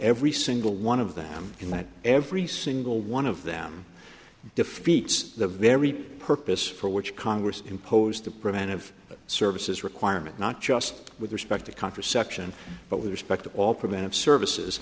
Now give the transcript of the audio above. every single one of them and that every single one of them defeats the very purpose for which congress imposed the preventive services requirement not just with respect to contraception but with respect to all preventive services